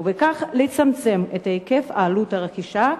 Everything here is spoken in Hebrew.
ובכך לצמצם את עלות הרכישה,